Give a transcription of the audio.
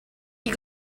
you